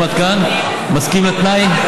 האם עד כאן אתה מסכים לתנאי?